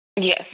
Yes